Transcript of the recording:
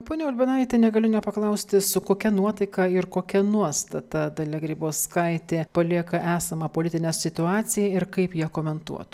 ponia urbonaite negaliu nepaklausti su kokia nuotaika ir kokia nuostata dalia grybauskaitė palieka esamą politinę situaciją ir kaip ją komentuotų